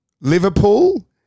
Liverpool